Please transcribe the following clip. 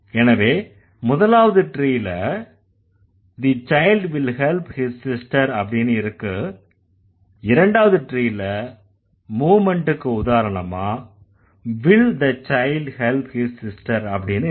எனவே முதலாவது ட்ரீல the child will help his sister அப்படின்னு இருக்கு இரண்டாவது ட்ரீல மூவ்மெண்ட்டுக்கு உதாரணமா will the child help his sister அப்படின்னு இருக்கு